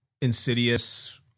insidious